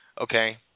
okay